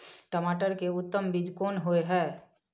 टमाटर के उत्तम बीज कोन होय है?